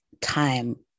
time